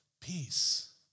peace